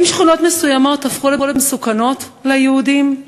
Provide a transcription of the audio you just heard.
האם שכונות מסוימות הפכו למסוכנות ליהודים?